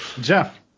Jeff